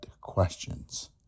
questions